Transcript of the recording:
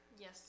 yes